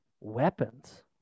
weapons